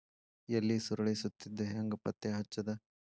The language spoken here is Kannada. ಎಲಿ ಸುರಳಿ ಸುತ್ತಿದ್ ಹೆಂಗ್ ಪತ್ತೆ ಹಚ್ಚದ?